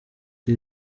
bwa